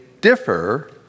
differ